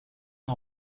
est